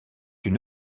une